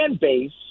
base